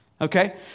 Okay